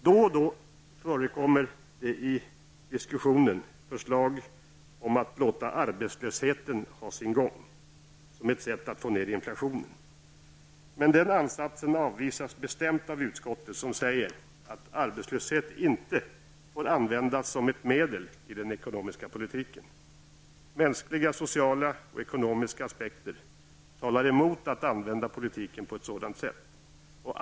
Då och då förekommer det i diskussionen förslag om att vi skall låta arbetslösheten ''ha sin gång'' som ett sätt att få ner inflationen. Men den ansatsen avvisas bestämd av utskottet, som säger att arbetslöshet inte får användas som ett medel i den ekonomiska politiken. Mänskliga, sociala och ekonomiska aspekter talar mot ett sådant sätt att använda politiken.